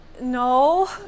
no